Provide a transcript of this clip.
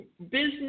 Business